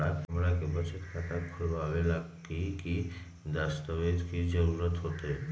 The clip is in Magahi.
हमरा के बचत खाता खोलबाबे ला की की दस्तावेज के जरूरत होतई?